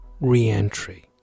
Re-entry